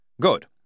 Good